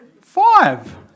Five